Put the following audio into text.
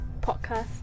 podcast